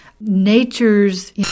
nature's